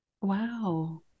Wow